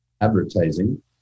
advertising